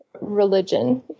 religion